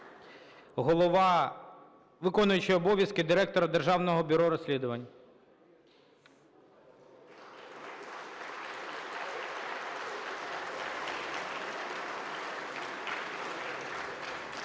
виконуючий обов'язки Директора Державного бюро розслідувань.